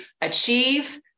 achieve